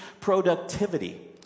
productivity